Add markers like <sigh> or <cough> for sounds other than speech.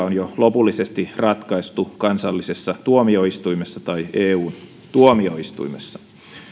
<unintelligible> on jo lopullisesti ratkaistu kansallisessa tuomioistuimessa tai eun tuomioistuimessa